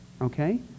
okay